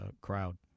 crowd